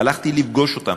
הלכתי לפגוש אותם,